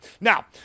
now